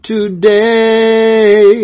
Today